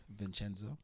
Vincenzo